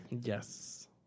Yes